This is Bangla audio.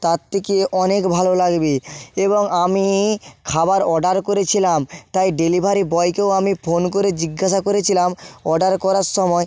তার থেকে অনেক ভালো লাগবে এবং আমি খাবার অর্ডার করেছিলাম তাই ডেলিভারি বয়কেও আমি ফোন করে জিজ্ঞাসা করেছিলাম অর্ডার করার সময়